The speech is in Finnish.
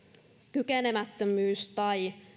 kykenemättömyys tai